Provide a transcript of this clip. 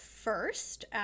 first